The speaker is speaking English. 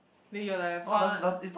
then you're like a fun